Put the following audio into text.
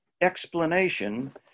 explanation